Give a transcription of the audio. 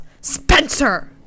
spencer